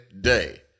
day